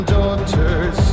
daughters